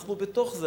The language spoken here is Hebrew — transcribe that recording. אנחנו בתוך זה.